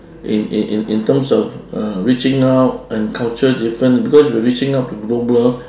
in in in in terms of uh reaching out and culture different because we are reaching out to global